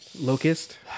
locust